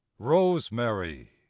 Rosemary